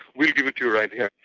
we'll give it to you right here.